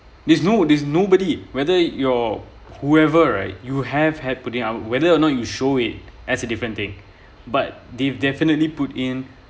there's no there's nobody whether you're whoever right you have had putting out whether or not you show it as a different thing but they've definitely put in